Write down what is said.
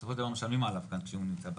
בסופו של דבר משלמים עליו כשהוא נמצא בארץ.